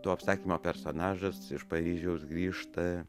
to apsakymo personažas iš paryžiaus grįžta